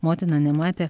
motina nematė